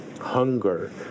hunger